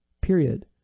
period